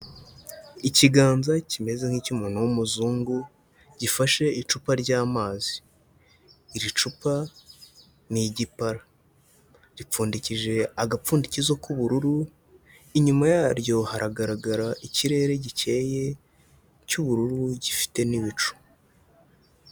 Ikiganza kimeze nk'icy'umuntu w'umuzungu gifashe icupa ry'amazi, iri cupa ni igipara ripfundiki agapfundikizo k'ubururu, inyuma yaryo haragaragara ikirere gikeye cy'ubururu gifite n'ibicu.